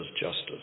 justice